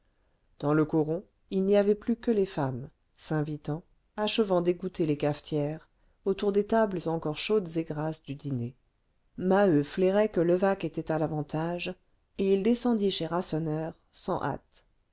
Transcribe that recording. dans le coron il n'y avait plus que les femmes s'invitant achevant d'égoutter les cafetières autour des tables encore chaudes et grasses du dîner maheu flairait que levaque était à l'avantage et il descendit chez rasseneur sans hâte